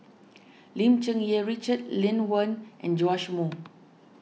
Lim Cherng Yih Richard Lee Wen and Joash Moo